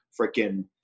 freaking